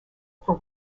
for